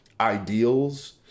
ideals